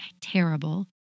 terrible